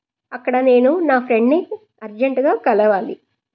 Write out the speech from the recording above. అక్కడ నేను నా ఫ్రెండ్ని అర్జెంట్గా కలవాలి